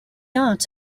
aunt